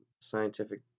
scientific